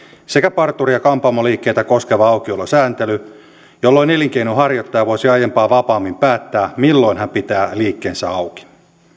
sekä parturi ja kampaamoliikkeitä koskeva aukiolosääntely jolloin elinkeinonharjoittaja voisi aiempaa vapaammin päättää milloin hän pitää liikkeensä auki